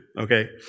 okay